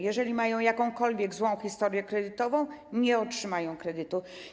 Jeżeli mają jakąkolwiek złą historię kredytową, nie otrzymają kredytu.